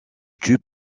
tube